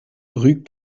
rue